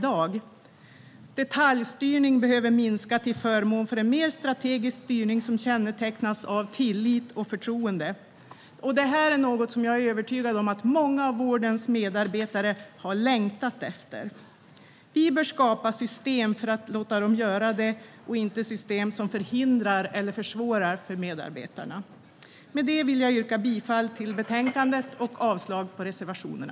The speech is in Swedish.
Detaljstyrning behöver minska till förmån för en mer strategisk styrning som kännetecknas av tillit och förtroende. Det är något som jag är övertygad om att många av vårdens medarbetare har längtat efter. Vi bör skapa system för att låta dem göra det och inte system som förhindrar eller försvårar för medarbetarna Men det vill jag yrka bifall till utskottets förslag och avslag på reservationerna.